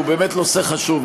הוא באמת נושא חשוב,